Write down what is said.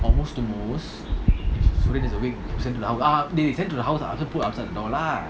or most to most they sent to the hou~ ah ah they they send to the house ah ask them put outside the door lah